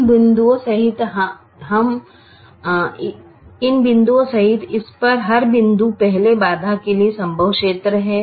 इन बिंदुओं सहित इस पर हर बिंदु पहले बाधा के लिए संभव क्षेत्र है